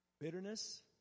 Bitterness